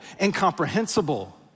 incomprehensible